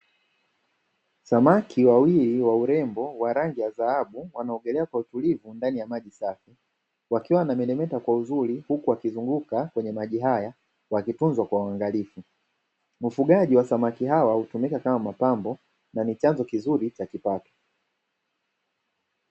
Samaki wawili wa urembo wa rangi ya dhahabu wanaogelea kwa utulivu ndani ya maji safi, wakiwa na meremeta kwa uzuri huku akizunguka kwenye maji haya wakitunzwa kwa waangalifu. Ufugaji wa samaki hawa hutumika kama mapambo na ni chanzo kizuri cha kipato.